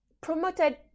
promoted